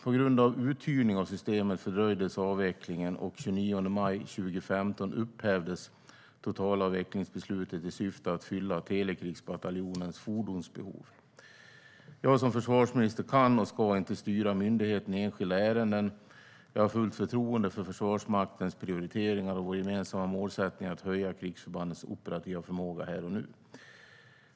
På grund av uthyrning av systemet fördröjdes avvecklingen, och den 29 maj 2015 upphävdes totalavvecklingsbeslutet i syfte att kunna fylla telekrigsbataljonens fordonsbehov. Jag som försvarsminister kan och ska inte styra myndigheten i enskilda ärenden. Jag har fullt förtroende för Försvarsmaktens prioriteringar, och vår gemensamma målsättning är att höja krigsförbandens operativa förmåga här och nu.